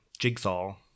jigsaw